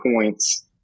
points